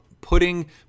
putting